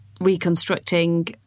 reconstructing